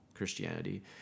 Christianity